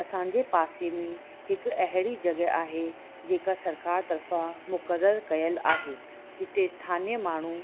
असांजे पासे में हिकु अहिड़ी जॻह आहे जेका सरकारि तर्फ़ां मुकरर कयल आहे जिते स्थानिय माण्हू